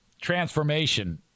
transformation